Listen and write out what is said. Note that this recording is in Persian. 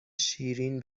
شیرین